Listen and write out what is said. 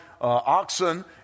oxen